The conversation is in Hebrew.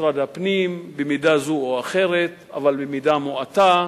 במשרד הפנים במידה זו או אחרת, אבל במידה מועטה.